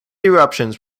eruptions